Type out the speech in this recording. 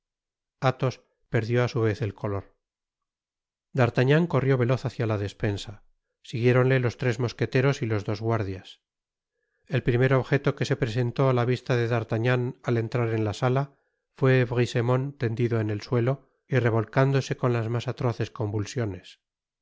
athos perdió á su vez el color d'artagnan corrió veloz hácia la despensa siguiéronle los tres mosqueteros y los dos guardias el primer objeto que se presentó á la vista de d'artagnan al entrar en la sala fué brisemont tendido en el suelo y revolcándose con las mas atroces convulsiones